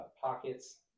pockets